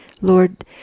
Lord